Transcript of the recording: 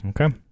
Okay